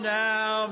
now